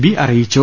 B അറിയിച്ചു